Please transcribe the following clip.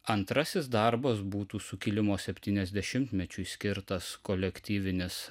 antrasis darbas būtų sukilimo setyniasdešimtmečiui skirtas kolektyvinis